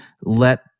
let